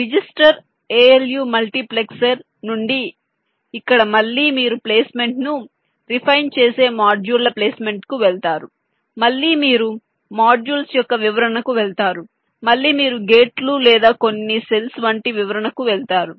register ALU multiplexer నుండి ఇక్కడ మళ్ళీ మీరు ప్లేస్మెంట్ను రిఫైన్ చేసే మాడ్యూళ్ల ప్లేస్మెంట్కు వెళతారు మళ్ళీ మీరు మాడ్యూల్స్ యొక్క వివరణకు వెళతారు మళ్ళీ మీరు గేట్లు లేదా కొన్ని సెల్స్ వంటి వివరణకు వెళతారు